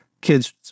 kids